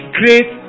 great